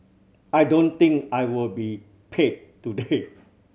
I don't think I will be paid today